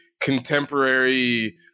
contemporary